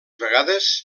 vegades